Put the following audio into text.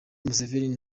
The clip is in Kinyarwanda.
museveni